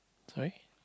sorry